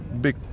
big